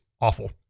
awful